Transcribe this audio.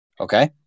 Okay